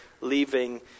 leaving